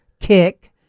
kick